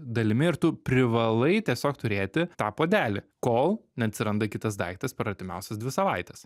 dalimi ir tu privalai tiesiog turėti tą puodelį kol neatsiranda kitas daiktas per artimiausias dvi savaites